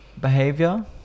behavior